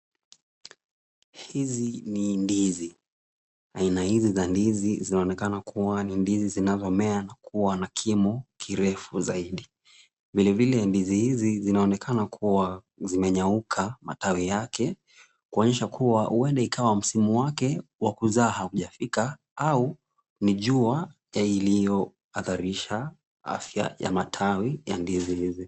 Hizi ni ndizi. Aina hizi za ndizi zinaonekana kuwa ni ndizi zinazomea na kuwa na kimo kirefu zaidi. Vilevile ndizi hizi zinaonekana kuwa zimenyauka matawi yake, kuonyesha kuwa huenda ikawa msimu wake wa kuzaa haujafika au ni jua iliyohadharisha afya ya matawi ya ndizi hizi.